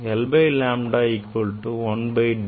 1 by lambda equal to 1 by d n by sine theta